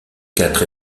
quatre